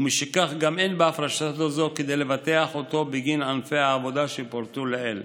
ומשכך גם אין בהפרשה הזו כדי לבטח אותו בגין ענפי העבודה שפורטו לעיל.